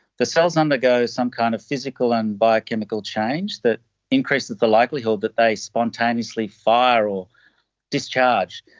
the cells undergo some kind of physical and biochemical change that increases the likelihood that they spontaneously fire or discharge.